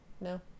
no